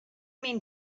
mean